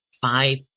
Five